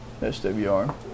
SWR